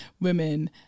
women